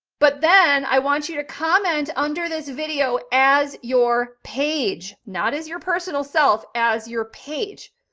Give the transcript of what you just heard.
but then i want you to comment under this video as your page, not as your personal self as your page.